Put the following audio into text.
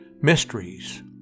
mysteries